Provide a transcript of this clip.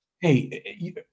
Hey